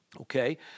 okay